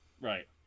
Right